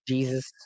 Jesus